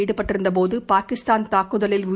ஈடுபட்டிருந்தபோதுபாகிஸ்தான் தாக்குதலில் வீரமரணம்